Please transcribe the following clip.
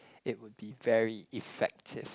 it would be very effective